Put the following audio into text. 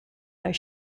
are